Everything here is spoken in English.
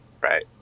right